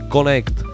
Connect